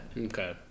Okay